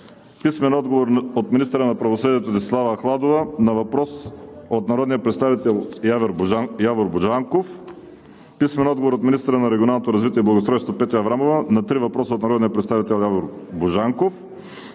Стоян Божинов; - министъра на правосъдието Десислава Ахладова на въпрос от народния представител Явор Божанков; - министъра на регионалното развитие и благоустройството Петя Аврамова на три въпроса от народния представител Явор Божанков;